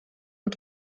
und